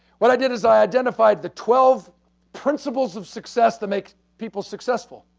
what i did is, i identified the twelve principles of success that makes people successful.